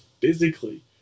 physically